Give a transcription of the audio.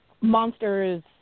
monsters